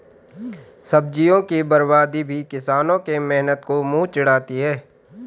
सब्जियों की बर्बादी भी किसानों के मेहनत को मुँह चिढ़ाती है